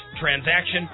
transaction